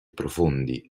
profondi